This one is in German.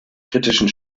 kritischen